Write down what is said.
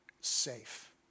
safe